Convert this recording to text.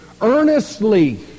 earnestly